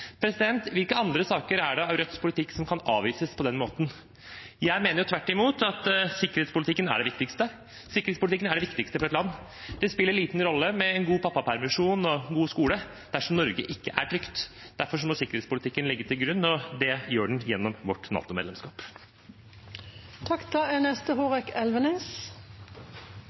Hvilke andre saker av Rødts politikk er det som kan avvises på den måten? Jeg mener tvert imot at sikkerhetspolitikken er det viktigste. Sikkerhetspolitikken er det viktigste for et land. Det spiller liten rolle med en god pappapermisjon og god skole dersom Norge ikke er trygt. Derfor må sikkerhetspolitikken ligge til grunn, og det gjør den gjennom vårt